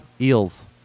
Eels